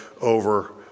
over